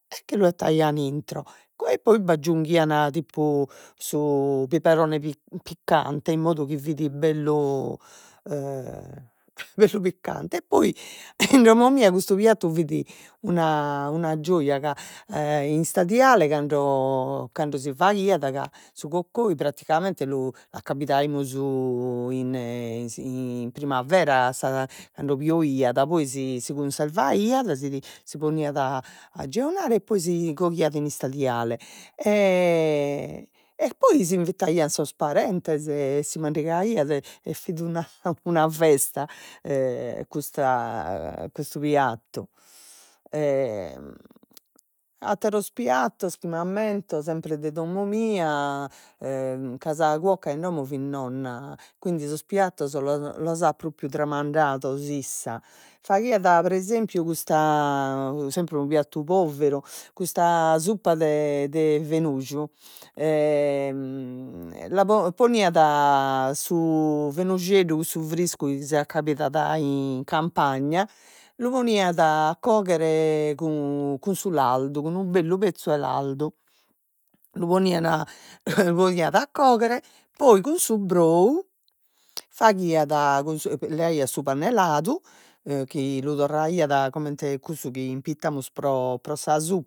E che lu 'ettaian intro, poi poi b'aggiunghian tipu su piberone piccante in modu chi fit bellu b'est su piccante e poi in domo mia custu piattu fit una una gioja ca in istadiale cando cando si faghiat ca su coccoi praticamente lu accabidaimus in primavera sa cando pioiat poi si si cunservaiat si si poniat a jeunare poi si coghiat in istadiale e poi s'invitaian sos parentes e si mandigaiat e e fit una una festa custa custu piattu e atteros piattos chi m'ammento sempre de domo mia, e ca sa cuoca in domo fit nonna, quindi sos piattos los los at propriu tramandados issa, faghiat pre esempiu custa sempre unu piattu poveru custa suppa de de fenuju e la po- poniat su fenujeddu cussu friscu chi s'acccabidat in campagna lu poniat a cogher cun su lardu cun d'unu bellu pezzu 'e lardu, lu ponian lu poniat a cogher poi cun su brou faghiat cun leaiat su pane ladu chi lu torraiat comente cussu ch'impitamus pro sa su